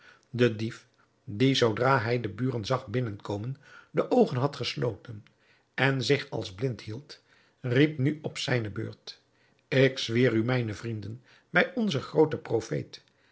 de dief die zoodra hij de buren zag binnenkomen de oogen had gesloten en zich als blind hield riep nu op zijne beurt ik zweer u mijne vrienden bij onzen grooten profeet